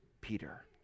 Peter